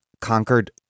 conquered